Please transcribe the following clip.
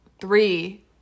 three